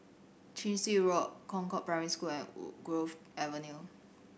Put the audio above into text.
Chin Swee Road Concord Primary School and Woodgrove Avenue